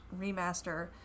Remaster